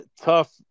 tough